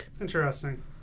Interesting